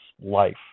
life